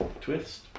twist